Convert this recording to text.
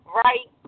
right